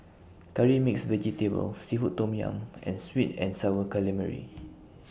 Curry Mixed Vegetable Seafood Tom Yum and Sweet and Sour Calamari